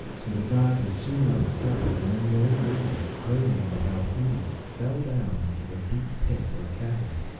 so the guide was soon out of sight, and then the old man, hurrying without heeding, fell down into a deep pit or chasm,